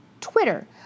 Twitter